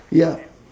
ya